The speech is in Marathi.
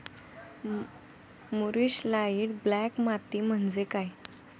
मूरिश लाइट ब्लॅक माती म्हणजे काय?